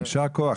יישר כוח.